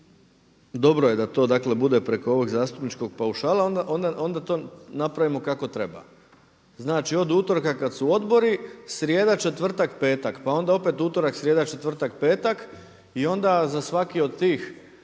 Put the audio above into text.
dobro je da to dakle bude preko ovog zastupničkog paušala a onda to napravimo kako treba. Znači od utorka kad su odbori, srijeda, četvrtak, petak, pa onda opet utorak, srijeda, četvrtak i onda za svaki od tih